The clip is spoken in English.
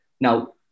Now